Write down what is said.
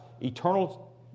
eternal